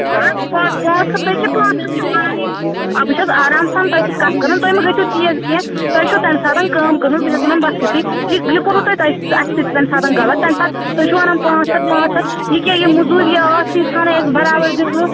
نہَ حظ پانٛژھ پانٛژھ ہَتھ ہیٚکہِ پانٛژھ ہَتھ چھُو وَنان یہِ آ بہٕ چھَس آرام سان تۄہہِ سۭتۍ کَتھ کَران تۄہہِ مہٕ گٔژھِو تیٖز کیٚنٛہہ تۄہہِ چھُو تَمہِ ساتہٕ کٲم کٔرمٕژ بہٕ چھَس وَنان بَس یِتُے یہِ یہِ کوٚروٕ تۄہہِ اَسہِ سۭتۍ تَمہِ ساتہٕ غلط تَمہِ ساتہٕ تُہۍ چھِو وَنان پانٛژھ ہَتھ پانٛژھ ہَتھ یہِ کیٛاہ یہِ موٚزوٗرۍ ٲس تیٖژہَن ہَے اَسہِ برابر دِژوٕ